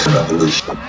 revolution